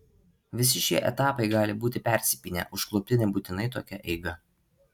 visi šie etapai gali būti persipynę užklupti nebūtinai tokia eiga